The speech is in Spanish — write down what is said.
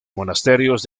monasterios